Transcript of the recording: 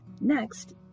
Next